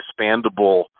expandable